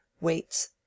weights